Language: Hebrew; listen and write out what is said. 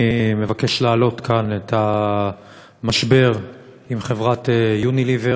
אני מבקש להעלות כאן את המשבר עם חברת "יוניליוור".